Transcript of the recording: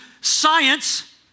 science